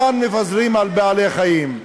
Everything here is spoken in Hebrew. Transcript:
שמתאכזרים לחיות, ראוי שנתאכזר אליהם.